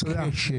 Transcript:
כשל,